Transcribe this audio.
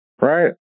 Right